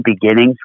beginnings